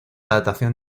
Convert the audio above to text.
datación